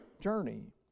journey